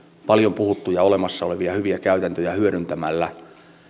paljon puhuttuja olemassa olevia hyviä käytäntöjä hyödyntämällä